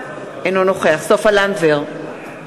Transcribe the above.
אינו נוכח סופה לנדבר,